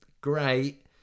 great